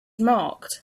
marked